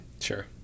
Sure